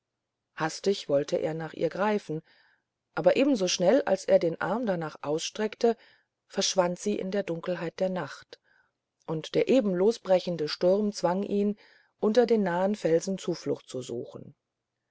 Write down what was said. hastig wollte er nach ihr greifen aber ebensoschnell als er den arm darnach ausstreckte verschwand sie in der dunkelheit der nacht und der eben losbrechende sturm zwang ihn unter den nahen felsen zuflucht zu suchen